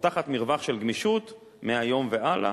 פותחת מרווח של גמישות מהיום והלאה.